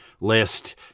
list